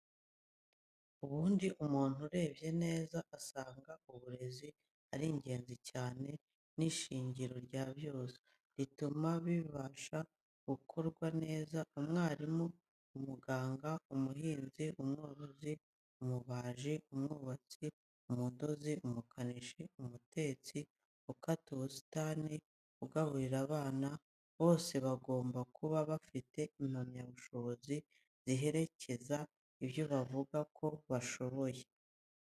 Ubundi umuntu arebye neza asanga uburezi ari ingenzi cyane, ni ishingiro rya byose, rituma bibasha gukorwa neza, umwarimu, umuganga, umuhinzi, umworozi, umubaji, umwubatsi, umudozi, umukanishi, umutetsi, ukata ubusitani, ugaburira abana, bose bagomba kuba bafite impamyabushobozi ziherekeza ibyo bavuga ko bashoboye.